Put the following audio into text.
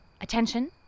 Attention